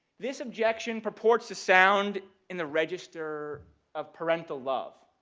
this objection purports the sound in the register of parental love,